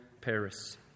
Paris